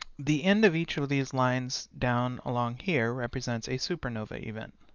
the end of each of these lines down along here represents a supernova event.